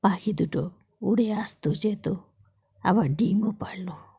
পাখি দুটো উড়ে আসতো যেতো আবার ডিমও পাড়ল